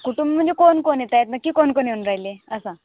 कुटुंब म्हणजे कोण कोण येत आहेत नक्की कोण कोण येऊन राहिले असं